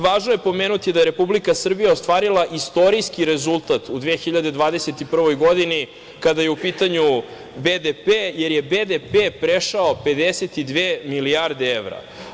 Važno je pomenuti da je Republika Srbija ostvarila istorijski rezultat u 2021. godini kada je u pitanju BDP, jer je BDP prešao 52 milijarde evra.